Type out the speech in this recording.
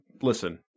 Listen